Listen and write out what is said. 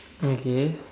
okay